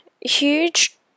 huge